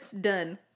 Done